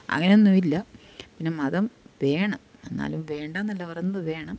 അങ്ങനെ ഒന്നുമില്ല പിന്നെ മതം വേണം എന്നാലും വേണ്ട എന്നല്ല പറയുന്നത് വേണം